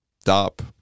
stop